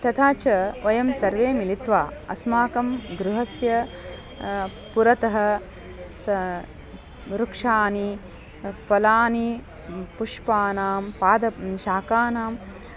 तथा च वयं सर्वे मिलित्वा अस्माकं गृहस्य पुरतः सा वृक्षाः फलानि पुष्पाणां पादपः शाकानां